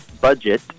budget